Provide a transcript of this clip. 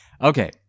Okay